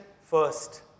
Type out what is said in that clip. first